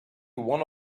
one